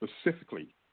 specifically